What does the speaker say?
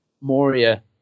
Moria